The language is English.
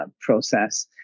process